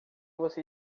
você